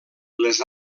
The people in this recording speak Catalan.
les